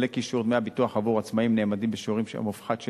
עולה כי שיעור דמי הביטוח עבור עצמאי נאמד בשיעורם המופחת,